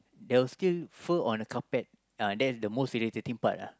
there will still fur on the carpet ah that's the most irritating part ah